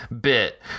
bit